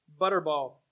Butterball